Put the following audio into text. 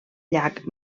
llac